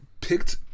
picked